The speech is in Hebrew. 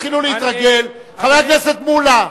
תתחילו להתרגל, חבר הכנסת מולה,